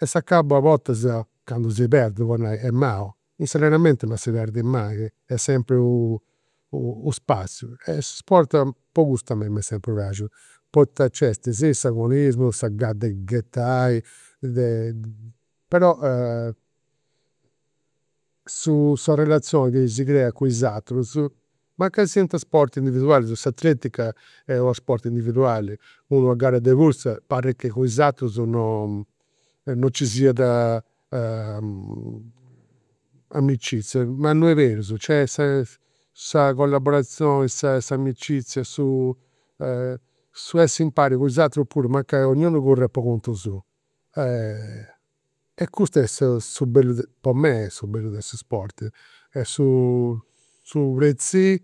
E s'acabu, a bortas, candu si perdit po nai, est malu, in s'allenamentu non si perdit mai, est sempri u u' spassiu. Su sport po custu a mei m'est sempri praxiu, poita nc'est sia s'agonismu, sa gana de ghetai, de. Però su sa relazioni chi si creat cun is aterus, mancai siant sport individualis, s'atletica est unu sport individuali, unu una gara de cursa parit chi cun is aterus non nci siat amicizia. Ma non est berus, nc'est sa collaborazioni, sa s'amicizia, su su essi impari cun is aterus puru, mancai 'onniunu curra po contu suu. Custa est su bellu, po mei, su bellu de su sport, su preziri